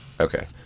okay